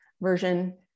version